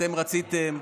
אתם רציתם,